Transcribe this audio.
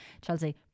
Chelsea